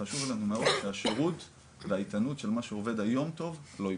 חשוב לנו מאוד שהשירות והאיתנות של מה שעובד היום טוב לא יפגע.